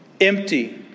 empty